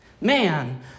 Man